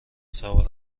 سوار